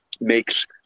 makes